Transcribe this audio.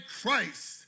Christ